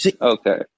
Okay